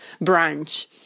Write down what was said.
branch